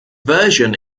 version